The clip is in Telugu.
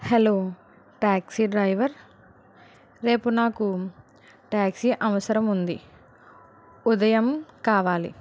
హలో టాక్సీ డ్రైవర్ రేపు నాకు టాక్సీ అవసరం ఉంది ఉదయం కావాలి